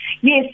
Yes